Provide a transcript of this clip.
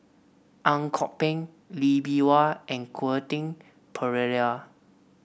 Ang Kok Peng Lee Bee Wah and Quentin Pereira